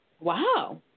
Wow